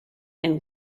and